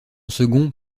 second